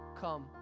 come